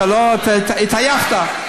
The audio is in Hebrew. אתה התעייפת,